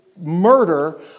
murder